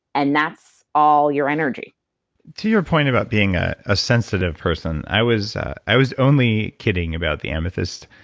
and that's all your energy to your point about being a ah sensitive person, i was i was only kidding about the amethyst.